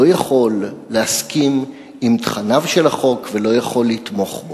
יכול להסכים עם תכניו ולא יכול לתמוך בו.